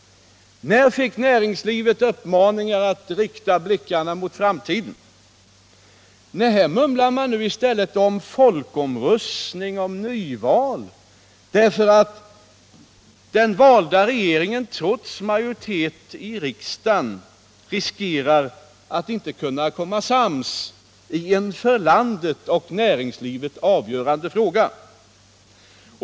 När fick näringslivet uppmaningar att rikta blickarna mot framtiden? Nej, här mumlar man nu i stället om folkomröstning, om nyval, därför att den valda regeringen, trots majoritet i riksdagen, riskerar att inte kunna komma sams i en för landet och näringslivet avgörande fråga.